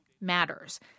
matters